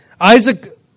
Isaac